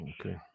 Okay